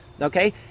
okay